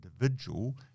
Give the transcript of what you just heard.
individual